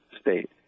state